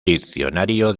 diccionario